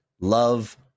love